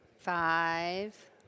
Five